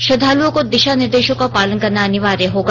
श्रद्वालुओं को दिशा निर्देशों का पालन करना अनिवार्य होगा